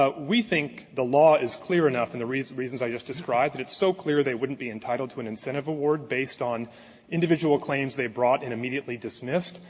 ah we think the law is clear enough and the reasons reasons i just described, that it's so clear that they wouldn't be entitled to an incentive award based on individual claims they brought and immediately dismissed,